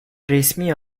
resmi